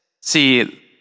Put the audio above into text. See